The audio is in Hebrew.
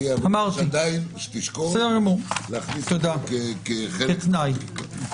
תשקול להכניס אותו --- כתנאי.